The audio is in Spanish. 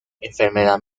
enfermedad